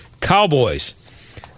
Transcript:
cowboys